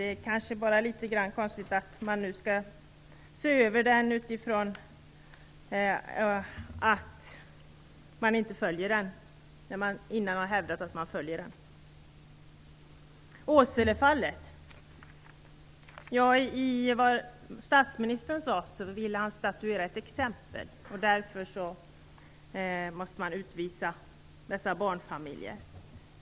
Det är bara litet konstigt att man nu skall göra en översyn utifrån att man inte följer den samtidigt som man hävdar att man följer den. Statsministern sade att han i Åselefallet ville statuera ett exempel och att man därför måste utvisa dessa barnfamiljer.